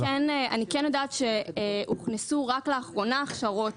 אני כן יודעת שהוכנסו רק לאחרונה הכשרות